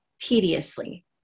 tediously